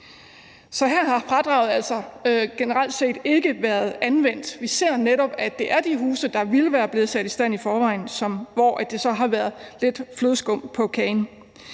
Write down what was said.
Så her har fradraget altså generelt set ikke været anvendt. Vi ser netop, at det er de huse, som ville være blevet sat i stand i forvejen, hvor det så har været lidt flødeskum på kagen.